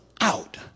out